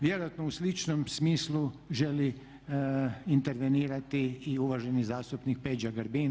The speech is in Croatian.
Vjerojatno u sličnom smislu želi intervenirati i uvaženi zastupnik Peđa Grbin.